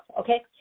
okay